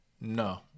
no